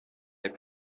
les